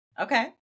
Okay